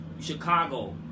Chicago